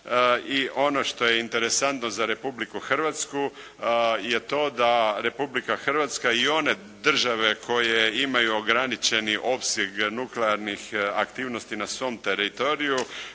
i ono što je interesantno za Republiku Hrvatsku je to da Republika Hrvatska i one države koje imaju ograničeni opseg nuklearnih aktivnosti na svom teritoriju